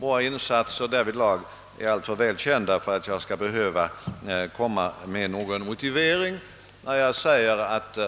Våra insatser därvidlag är alltför väl kända för att jag skall behöva komma med någon motivering när jag säger, att